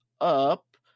up